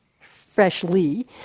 freshly